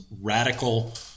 radical